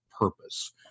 purpose